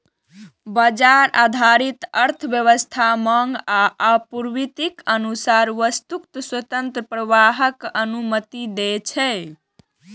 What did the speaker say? बाजार आधारित अर्थव्यवस्था मांग आ आपूर्तिक अनुसार वस्तुक स्वतंत्र प्रवाहक अनुमति दै छै